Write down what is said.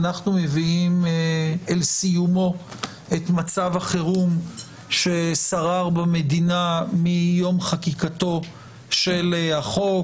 אנחנו מביאים אל סיומו את מצב החירום ששרר במדינה מיום חקיקתו של החוק